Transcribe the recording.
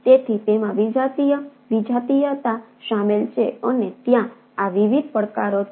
તેથી તેમાં વિજાતીય વિજાતીયતા શામેલ છે અને ત્યાં આ વિવિધ પડકારો છે